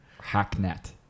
Hacknet